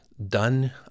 Done